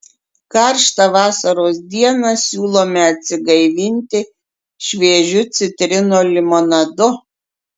karštą vasaros dieną siūlome atsigaivinti šviežiu citrinų limonadu